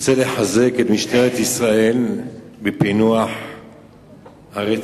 אני רוצה לחזק את ידי משטרת ישראל על פענוח הרצח